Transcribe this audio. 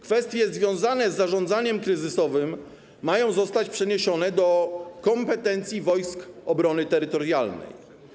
Kwestie związane z zarządzaniem kryzysowym mają zostać przeniesione do kompetencji Wojsk Obrony Terytorialnej.